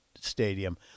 stadium